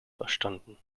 verstanden